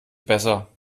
besser